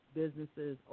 businesses